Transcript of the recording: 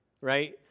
right